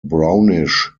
brownish